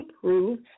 prove